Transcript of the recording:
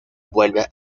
vuelve